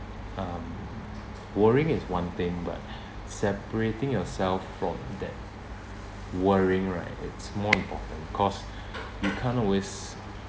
um worrying is one thing but separating yourself from that worrying right it's more important cause you can't always